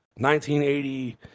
1980